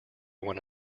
one